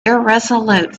irresolute